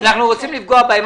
אנחנו רוצים לפגוע בהם.